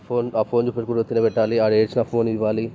ఆ ఫోన్ ఆ ఫోన్ చూపించుకుంటు తినబెట్టాలి వాడు ఏడ్చినా ఫోన్ ఇవ్వాలి